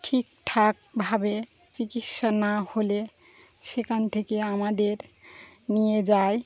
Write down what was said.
ঠিকঠাকভাবে চিকিৎসা না হলে সেখান থেকে আমাদের নিয়ে যায়